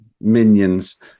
minions